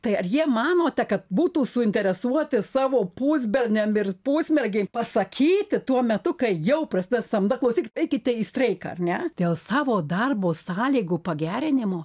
tai ar jie manote kad būtų suinteresuoti savo pusberniam ir pusmergėm pasakyti tuo metu kai jau prasideda samda klausykit eikite į streiką ar ne dėl savo darbo sąlygų pagerinimo